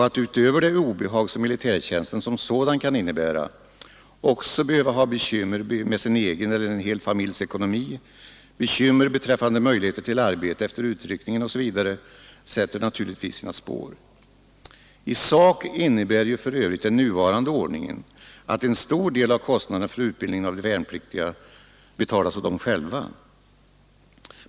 Att utöver det obehag som militärtjänsten som sådan kan innebära också behöva ha bekymmer med sin egen eller en hel familjs ekonomi, bekymmer beträffande möjligheter till arbete efter utryckningen osv. sätter naturligtvis sina spår. I sak innebär för övrigt den nuvarande ordningen att en stor del av kostnaderna för utbildningen av de värnpliktiga betalas av dem själva.